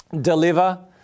deliver